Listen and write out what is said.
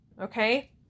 Okay